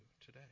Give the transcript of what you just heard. today